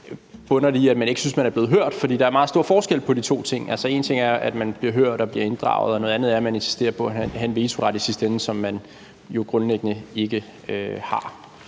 eller bunder den i, at man ikke synes, man er blevet hørt, for der er meget stor forskel på de to ting. Altså, en ting er, at man vil blive hørt og inddraget, og noget andet er, at man insisterer på at have en vetoret i sidste ende, som man jo grundlæggende ikke har.